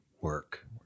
work